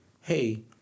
hey